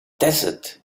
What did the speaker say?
desert